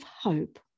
hope